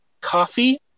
coffee